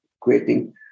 creating